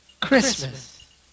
Christmas